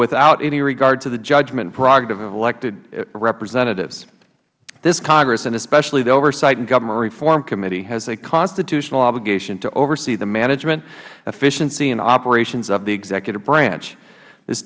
hout any regard to the judgment and prerogative of elected representatives this congress and especially the oversight and government reform committee has a constitutional obligation to oversee the management efficiency and operations of the executive branch